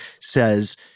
says